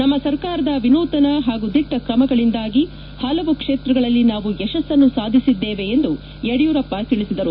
ನಮ್ಮ ಸರ್ಕಾರದ ವಿನೂತನ ಪಾಗೂ ದಿಟ್ಟ ತ್ರಮಗಳಿಂದಾಗಿ ಪಲವು ಕ್ಷೇತ್ರಗಳಲ್ಲಿ ನಾವು ಯಶಸ್ಸನ್ನು ಸಾಧಿಸಿದ್ದೇವೆ ಎಂದು ಯಡಿಯೂರಪ್ಪ ತಿಳಿಸಿದರು